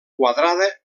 quadrada